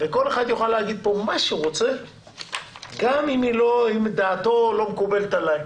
וכל אחד יוכל להגיד פה מה שהוא רוצה גם אם דעתו לא מקובלת עליי.